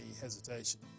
hesitation